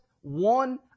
one